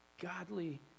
godly